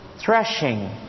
threshing